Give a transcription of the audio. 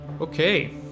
Okay